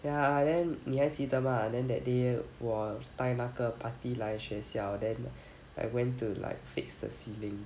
ya then 你还记得吗 then that day 我带那个 party 来学校 then I went to like fix the ceiling